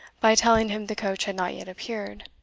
by telling him the coach had not yet appeared.